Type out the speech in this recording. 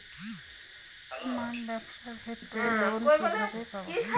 আমার ব্যবসার ক্ষেত্রে লোন কিভাবে পাব?